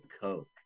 Coke